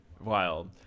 Wild